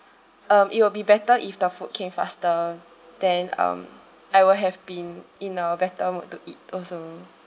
um it will be better if the food came faster then um I will have been in a better mood to eat also